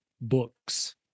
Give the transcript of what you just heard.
books